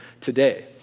today